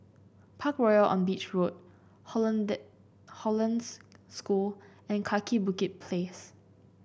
Parkroyal on Beach Road Hollandse School and Kaki Bukit Place